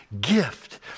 gift